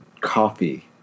coffee